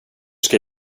ska